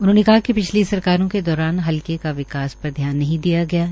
उन्होने कहा कि पिछली सरकारों के दौरान हल्के का विकास पर ध्यान नही दिया गया था